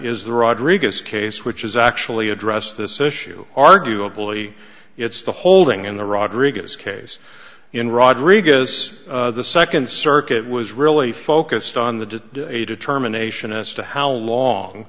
is the rodriguez case which is actually addressed this issue arguably it's the holding in the rodriguez case in rodriguez the second circuit was really focused on the did a determination as to how long